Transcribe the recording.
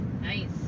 Nice